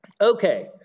Okay